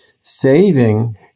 saving